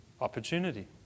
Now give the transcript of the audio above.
opportunity